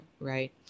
right